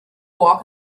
walk